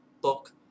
book